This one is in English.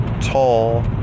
tall